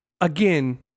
Again